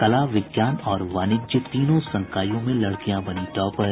कला विज्ञान और वाणिज्य तीनों संकायों में लड़कियां बनी टॉपर